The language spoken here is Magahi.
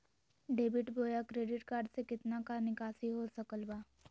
डेबिट बोया क्रेडिट कार्ड से कितना का निकासी हो सकल बा?